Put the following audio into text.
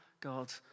God